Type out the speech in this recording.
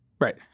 Right